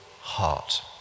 heart